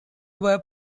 were